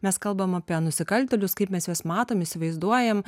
mes kalbam apie nusikaltėlius kaip mes juos matom įsivaizduojam